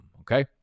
okay